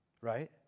Right